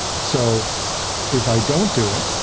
so if i don't do it,